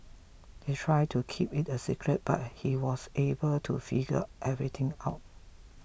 they tried to keep it a secret but he was able to figure everything out